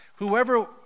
Whoever